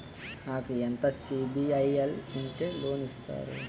నాకు ఎంత సిబిఐఎల్ ఉంటే లోన్ ఇస్తారు?